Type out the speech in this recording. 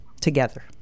together